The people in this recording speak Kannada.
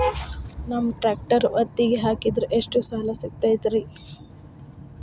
ನಮ್ಮ ಟ್ರ್ಯಾಕ್ಟರ್ ಒತ್ತಿಗೆ ಹಾಕಿದ್ರ ಎಷ್ಟ ಸಾಲ ಸಿಗತೈತ್ರಿ?